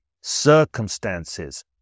Circumstances